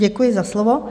Děkuji za slovo.